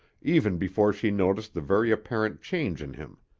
even before she noticed the very apparent change in him.